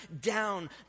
down